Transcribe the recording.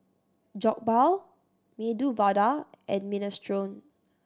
Jokbal Medu Vada and Minestrone